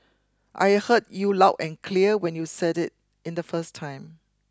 I heard you loud and clear when you said it in the first time